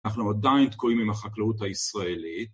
אנחנו עדיין תקועים עם החקלאות הישראלית